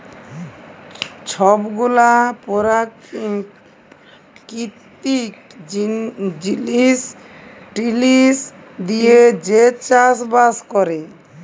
ছব গুলা পেরাকিতিক জিলিস টিলিস দিঁয়ে যে চাষ বাস ক্যরে